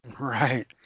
Right